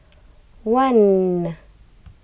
one